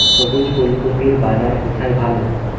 সবুজ ফুলকপির বাজার কোথায় ভালো?